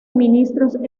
ministros